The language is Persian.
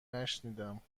نشنیدم